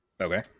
Okay